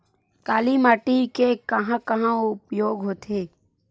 काली माटी के कहां कहा उपयोग होथे?